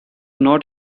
not